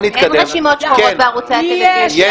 אין רשימות שחורות בערוצי הטלוויזיה.